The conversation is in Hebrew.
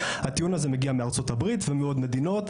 הטיעון הזה מגיע מארצות הברית ומעוד מדינות,